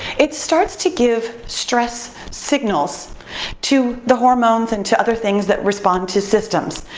it starts to give stress signals to the hormones and to other things that respond to systems.